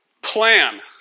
Plan